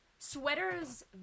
Sweaters